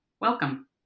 Welcome